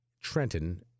Trenton